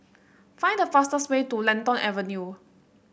find the fastest way to Lentor Avenue